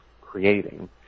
creating